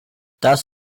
das